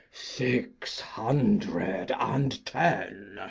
six hundred and ten?